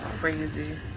crazy